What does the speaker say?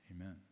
amen